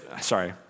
sorry